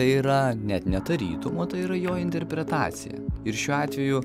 tai yra net ne tarytum o tai yra jo interpretacija ir šiuo atveju